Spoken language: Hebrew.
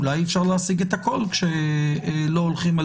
אולי אפשר להשיג את הכל כשלא הולכים על